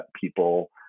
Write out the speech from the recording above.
people